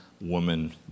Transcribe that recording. woman